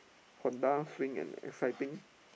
Honda swing and exciting